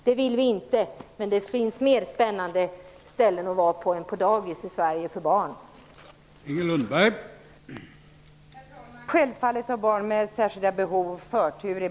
Det vill vi inte, men det finns fler spännande ställen att vara på än på dagis för barn i